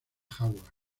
hardware